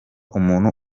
umuntu